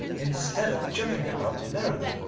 instead of jumping about merrily,